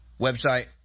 website